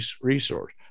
resource